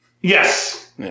Yes